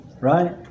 Right